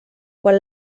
quan